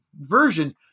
version –